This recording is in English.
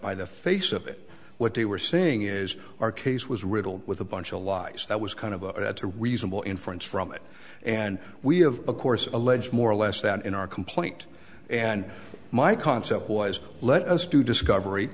by the face of it what they were saying is our case was riddled with a bunch of lies that was kind of at a reasonable inference from it and we of course allege more or less that in our complaint and my concept was let us do discovery